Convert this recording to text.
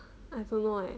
I don't know eh